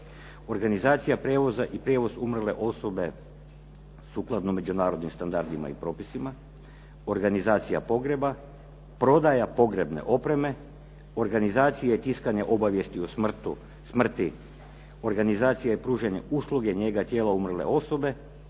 Organizacija prijevoza i prijevoz umrle osobe, sukladno međunarodnim standardima i propisima, organizacija pogreba, prodaja pogrebne opreme, organizacije tiskanja obavijesti o smrti, organizacija i pružanje usluge, njega tijela umrle osobe